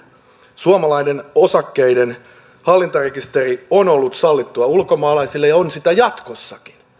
suomalainen osakkeiden hallintarekisteri on ollut sallittua ulkomaalaisille ja on sitä jatkossakin